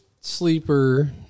sleeper